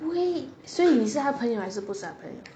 wait 所以你是朋友还是不朋友